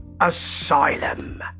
Asylum